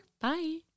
bye